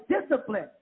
discipline